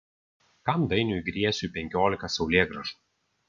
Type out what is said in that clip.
kam dainiui griesiui penkiolika saulėgrąžų